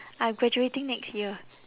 I'm graduating next year